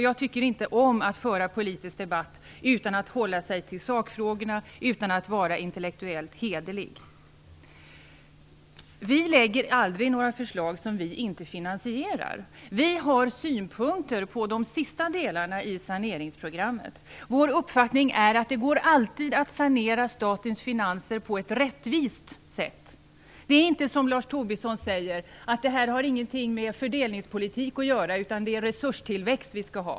Jag tycker inte om föra politisk debatt, om man inte håller sig till sakfrågorna och inte är intellektuellt hederlig. Vi lägger aldrig fram några förslag som vi inte finansierar. Vi har synpunkter på de sista delarna i saneringsprogrammet. Vår uppfattning är att det alltid går att sanera statens finanser på ett rättvist sätt. Det är inte så, som Lars Tobisson säger, att detta inte har någonting med fördelningspolitik att göra utan att det är resurstillväxt som vi skall ha.